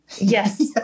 Yes